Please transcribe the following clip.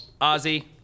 Ozzy